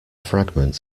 fragment